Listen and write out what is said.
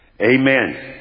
Amen